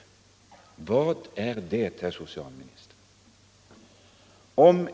Vad är det, herr socialminister?